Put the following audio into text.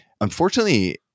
unfortunately